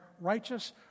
righteous